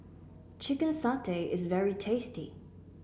Chicken Satay is very tasty